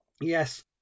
Yes